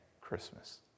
Christmas